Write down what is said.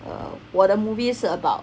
uh 我的 movie 是 about